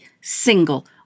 single